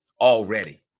already